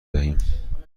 دهیم